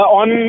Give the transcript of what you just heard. on